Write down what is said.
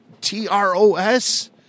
T-R-O-S